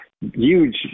huge